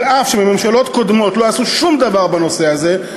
אף שבממשלות קודמות לא עשו שום דבר בנושא הזה,